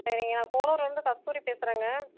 சரிங்க நான் போரூர்லருந்து கஸ்தூரி பேசுறங்க